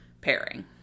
pairing